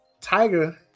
Tiger